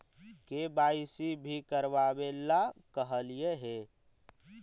KYC भी करवावेला कहलिये हे?